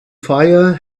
fire